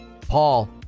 Paul